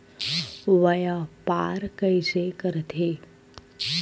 व्यापार कइसे करथे?